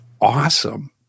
awesome